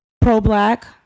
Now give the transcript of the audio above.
pro-black